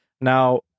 now